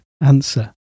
answer